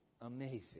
Amazing